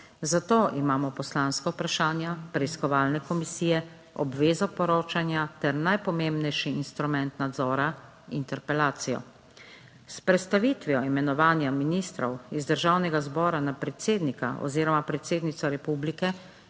Zato imamo poslanska vprašanja preiskovalne komisije, obvezo poročanja ter najpomembnejši instrument nadzora, interpelacijo. S prestavitvijo imenovanja ministrov iz Državnega zbora na predsednika oziroma predsednico republike,